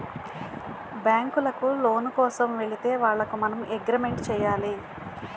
బ్యాంకులకు లోను కోసం వెళితే వాళ్లకు మనం అగ్రిమెంట్ చేయాలి